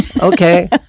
Okay